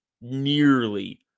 nearly –